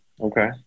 okay